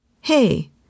Hey